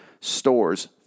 stores